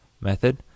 method